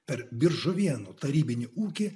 per diržuvėnų tarybinį ūkį